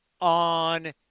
on